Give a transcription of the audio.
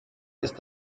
ist